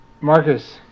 Marcus